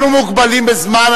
אנחנו מוגבלים בזמן.